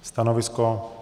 Stanovisko?